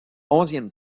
onzième